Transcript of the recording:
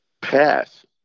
pass